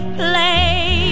play